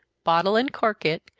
bottle and cork it,